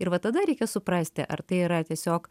ir va tada reikia suprasti ar tai yra tiesiog